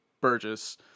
Burgess